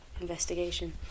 investigation